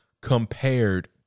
compared